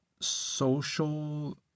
social